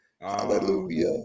Hallelujah